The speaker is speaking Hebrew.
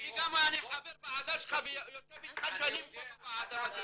אני גם חבר ועדה שלך ויושב איתך שנים פה בוועדה.